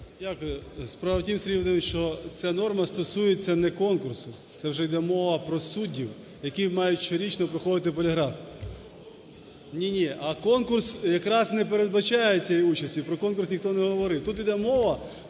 Володимирович, що ця норма стосується не конкурсу, це вже йде мова про суддів, які мають щорічно проходити поліграф. Ні, ні. А конкурс якраз не передбачає цієї участі, про конкурс ніхто не говорив. Тут йде мова